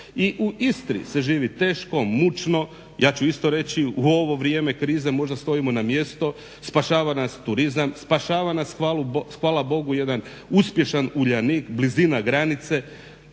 i u Istri se živi teško, mučno, ja ću isto reći u ovo vrijeme krize možda stojimo na mjestu, spašava nas turizam spašava hvala Bogu jedan uspješan Uljanik, blizina granice